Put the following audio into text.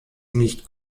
nicht